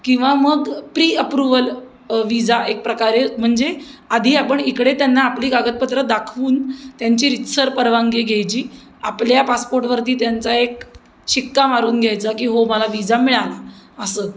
किंवा मग pre approval visa एक प्रकारे म्हणजे आधी आपण इकडे त्यांना आपली कागदपत्रं दाखवून त्यांची रीतसर परवानगी घ्यायची आपल्या पासपोर्टवरती त्यांचा एक शिक्का मारून घ्यायचा की हो मला विझा मिळाला असं